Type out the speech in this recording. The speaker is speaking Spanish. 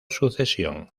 sucesión